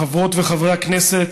חברות וחברי הכנסת,